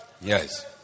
Yes